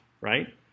right